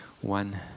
one